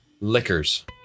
liquors